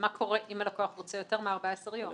מה קורה אם הלקוח רוצה יותר מ-14 יום?